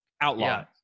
Outlaw